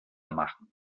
machen